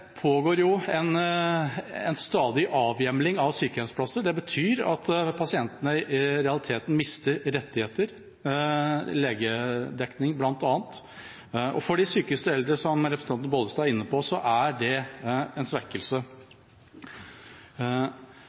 pågår jo en stadig avhjemling av sykehjemsplasser. Det betyr at pasientene i realiteten mister rettigheter, bl.a. legedekning. For de sykeste eldre, som representanten Bollestad var inne på, er det en svekkelse.